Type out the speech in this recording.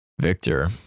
Victor